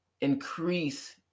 increase